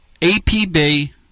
APB